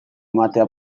ematea